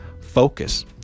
Focus